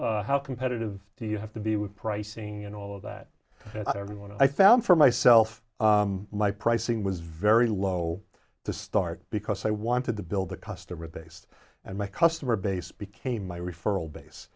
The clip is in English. how competitive do you have to be with pricing and all of that everyone i found for myself my pricing was very low to start because i wanted to build the customer base and my customer base became my referral base